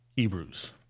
Hebrews